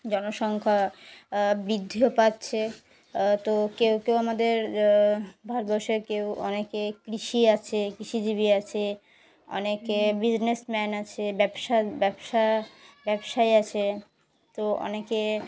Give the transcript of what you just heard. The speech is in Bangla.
জনসংখ্যা বৃদ্ধিও পাচ্ছে তো কেউ কেউ আমাদের ভারতবর্ষে কেউ অনেকে কৃষি আছে কৃষিজীবী আছে অনেকে বিজনেসম্যান আছে ব্যবসা ব্যবসা ব্যবসায়ী আছে তো অনেকে